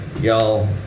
y'all